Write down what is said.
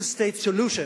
two state solution,